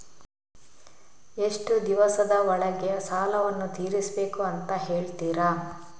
ಎಷ್ಟು ದಿವಸದ ಒಳಗೆ ಸಾಲವನ್ನು ತೀರಿಸ್ಬೇಕು ಅಂತ ಹೇಳ್ತಿರಾ?